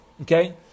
Okay